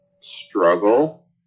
struggle